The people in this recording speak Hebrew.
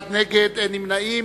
נמנע?